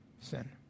sin